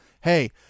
hey